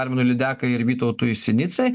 arminui lydekai ir vytautui sinicai